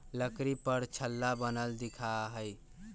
लकड़ी पर छल्ला बनल दिखा हई